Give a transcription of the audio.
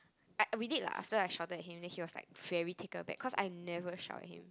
I~ we did lah after we shouted at him then he was like very taken back cause I never shout at him